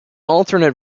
alternate